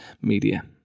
media